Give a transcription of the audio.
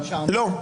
לא, לא.